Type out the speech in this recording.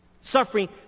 Suffering